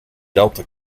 delta